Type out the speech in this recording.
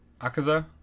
Akaza